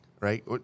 Right